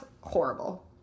horrible